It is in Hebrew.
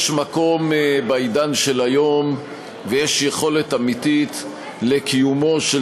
יש מקום בעידן של היום ויש יכולת אמיתית לקיומו של